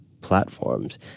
platforms